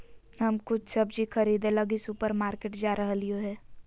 हम कुछ सब्जि खरीदे लगी सुपरमार्केट जा रहलियो हें